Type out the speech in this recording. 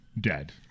dead